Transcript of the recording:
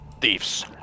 thieves